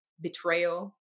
betrayal